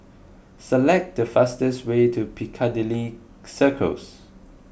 select the fastest way to Piccadilly Circus